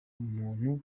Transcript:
umuntu